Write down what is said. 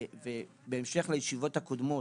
ובהמשך לישיבות הקודמות,